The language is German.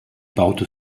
baute